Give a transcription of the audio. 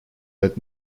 led